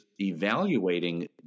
evaluating